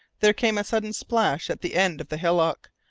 there came a sudden splash at the end of the hillock,